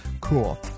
Cool